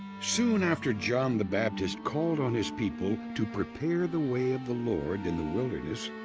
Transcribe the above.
soon after john the baptist called on his people. to prepare the way of the lord in the wilderness,